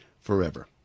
forever